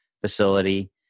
facility